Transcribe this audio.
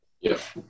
Yes